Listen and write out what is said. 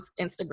Instagram